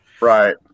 Right